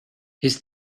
his